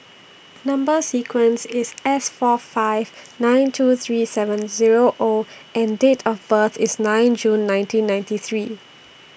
Number sequence IS S four five nine two three seven Zero O and Date of birth IS nine June nineteen ninety three